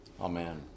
Amen